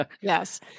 Yes